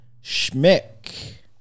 Schmick